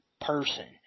person